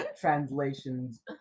translations